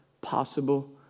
possible